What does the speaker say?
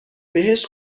بهش